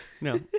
No